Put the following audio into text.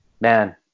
man